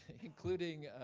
including,